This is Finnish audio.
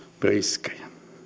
riskejä